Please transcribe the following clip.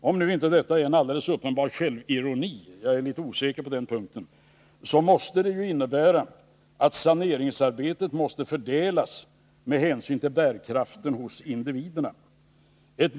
Om nu inte detta är självironi — jag är litet osäker på den punkten — måste det ju innebära att saneringsarbetet skall fördelas med hänsyn till bärkraften hos individerna.